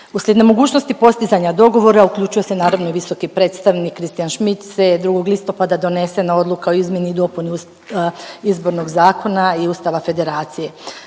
Uslijed nemogućnosti postizanja dogovora uključuje se naravno i visoki predstavnik Christian Schmidt te je 2. listopada donesena Odluka o izmjeni i dopuni Izbornog zakona i Ustava Federacije.